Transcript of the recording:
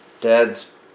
Dad's